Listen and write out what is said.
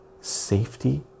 safety